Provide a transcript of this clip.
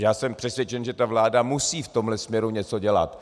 Já jsem přesvědčen, že vláda musí v tomto směru něco dělat.